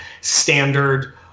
standard